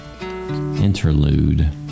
Interlude